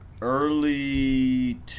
early